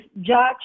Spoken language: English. judge